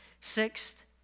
Sixth